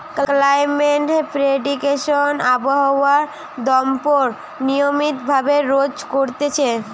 climate prediction আবহাওয়া দপ্তর নিয়মিত ভাবে রোজ করতিছে